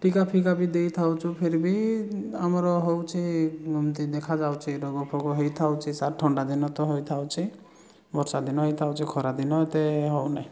ଟୀକା ଫିକା ବି ଦେଇ ଥାଉଚୁ ଫିର୍ ଭି ଆମର ହେଉଛି ଏମିତି ଦେଖା ଯାଉଛି ରୋଗ ଫୋଗ ହେଇଥାଉଛି ସାର୍ ଥଣ୍ଡା ଦିନ ତ ହୋଇଥାଉଛି ବର୍ଷା ଦିନ ତ ହୋଇଥାଉଛି ଖରା ଦିନ ତ ଏତେ ହେଉନି